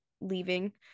leaving